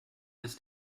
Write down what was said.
ist